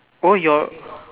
oh your